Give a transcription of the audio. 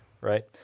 right